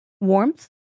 Warmth